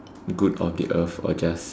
good of the earth or just